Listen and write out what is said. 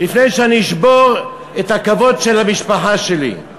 ואני אשבור את הכבוד של המשפחה שלי.